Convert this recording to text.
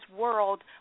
world